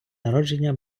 народження